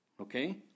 okay